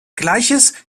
gleiches